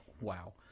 wow